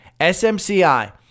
SMCI